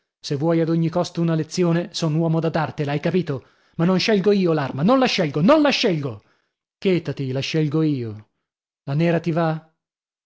se vuoi ad ogni costo una lezione son uomo da dartela hai capito ma non scelgo io l'arma non la scelgo non la scelgo chetati la scelgo io la nera ti va